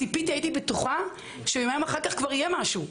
ציפיתי והייתי בטוחה שיומיים אחר כך כבר יהיה משהו.